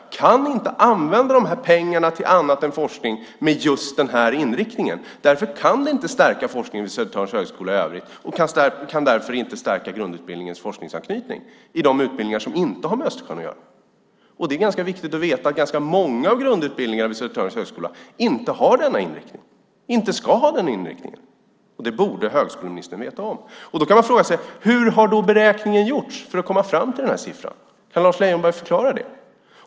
De kan inte använda pengarna till annat än forskning med just den här inriktningen. Därför kan det inte stärka forskningen i övrigt vid Södertörns högskola och det kan därför inte stärka grundutbildningens forskningsanknytning i de utbildningar som inte har med Östersjön att göra. Det är viktigt att veta att ganska många av grundutbildningarna vid Södertörns högskola inte har den inriktningen och inte ska ha den inriktningen. Det borde högskoleministern veta. Man kan då undra hur beräkningen har gjorts för att man skulle komma fram till den här siffran. Kan Lars Leijonborg förklara det?